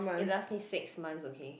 it lasts me six months okay